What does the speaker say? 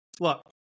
Look